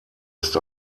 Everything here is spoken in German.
ist